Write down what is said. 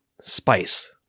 Spice